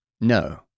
No